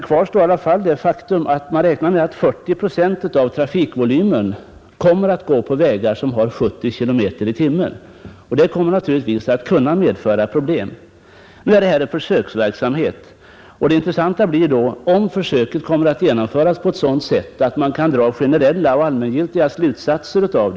Kvar står i alla fall det faktum att man räknar med att 40 procent av trafikvolymen kommer att gå på vägar för vilka gäller 70 km i timmen. Det kan komma att medföra problem. Nu är det här en försöksverksamhet, och det intressanta blir då om försöket kommer att genomföras på ett sådant sätt att man kan dra allmängiltiga slutsatser av det.